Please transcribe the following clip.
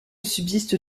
subsiste